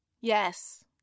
Yes